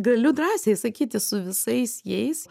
galiu drąsiai sakyti su visais jais